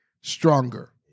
Stronger